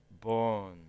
born